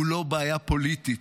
הוא לא בעיה פוליטית.